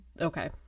okay